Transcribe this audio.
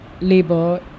labor